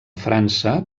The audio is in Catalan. frança